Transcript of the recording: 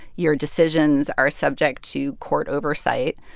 your decisions are subject to court oversight.